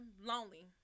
lonely